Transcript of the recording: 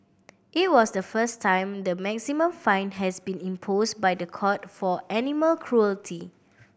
it was the first time the maximum fine has been imposed by the court for animal cruelty